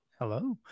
hello